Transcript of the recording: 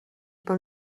pel